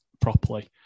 properly